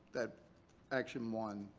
that action one,